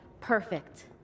perfect